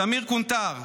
סמיר קונטאר,